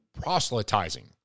proselytizing